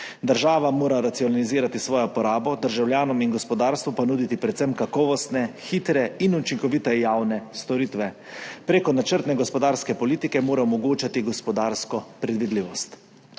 Država mora racionalizirati svojo porabo, državljanom in gospodarstvu pa nuditi predvsem kakovostne, hitre in učinkovite javne storitve, prek načrtne gospodarske politike mora omogočati gospodarsko predvidljivost.